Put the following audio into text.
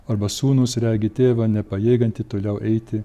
arba sūnūs regi tėvą nepajėgiantį toliau eiti